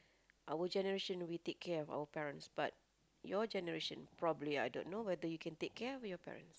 our generation we take care of our parents but your generation probably I don't know whether you can take care of your parents